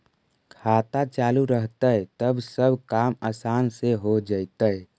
खाता चालु रहतैय तब सब काम आसान से हो जैतैय?